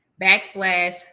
backslash